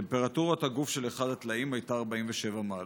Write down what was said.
טמפרטורת הגוף של אחד הטלאים הייתה 47 מעלות.